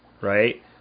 right